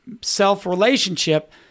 self-relationship